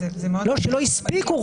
ילדים שלא הספיקו.